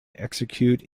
execute